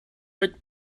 would